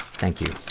thank you.